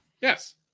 Yes